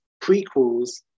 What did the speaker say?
prequels